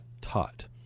taught